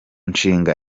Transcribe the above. nshinga